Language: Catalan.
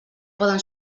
poden